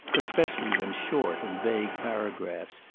especially when short and vague paragraphs,